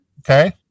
Okay